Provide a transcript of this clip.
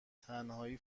تنهایی